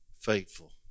faithful